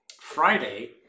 Friday